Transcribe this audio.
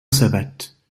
savates